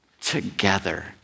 together